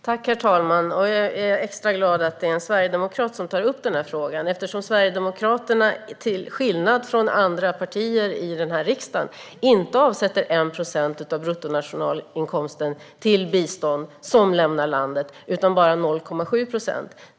Herr talman! Jag är extra glad att det är en sverigedemokrat som tar upp denna fråga eftersom Sverigedemokraterna till skillnad från andra partier i denna riksdag inte avsätter 1 procent av bruttonationalinkomsten till bistånd som lämnar landet, utan bara 0,7 procent.